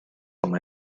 oma